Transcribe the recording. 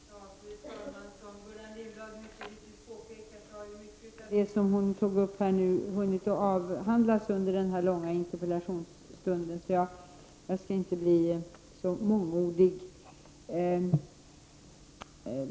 Fru talman! Som Gullan Lindblad mycket riktigt påpekar har mycket av det som hon tog upp i interpellationen hunnit avhandlas under den här långa interpellationsstunden. Jag skall inte bli så mångordig.